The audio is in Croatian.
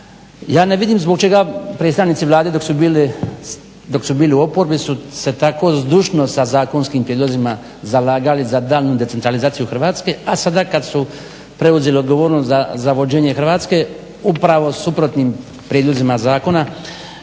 Ja ne vidim zbog čega predstavnici Vlade dok su bili u oporbi su se tako zdušno sa zakonskim prijedlozima zalagali za danu decentralizaciju Hrvatske a sada kad su preuzeli odgovornost za vođenje Hrvatske upravo suprotnim prijedlozima zakona